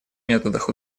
методах